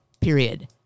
period